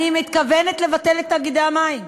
אני מתכוונת לבטל את תאגידי המים,